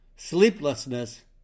Sleeplessness